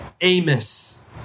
Amos